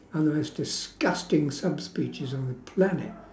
are the most disgusting subspecies on the planet